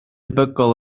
debygol